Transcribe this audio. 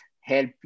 help